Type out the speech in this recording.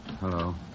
Hello